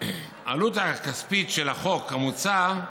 "העלות הכספית של החוק המוצע"